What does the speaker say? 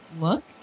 look